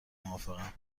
موافقم